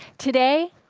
today,